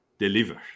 deliver